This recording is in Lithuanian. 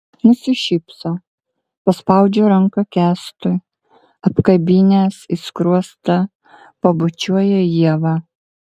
nusišypso paspaudžia ranką kęstui apkabinęs į skruostą pabučiuoja ievą